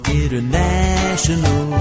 international